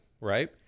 Right